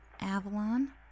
Avalon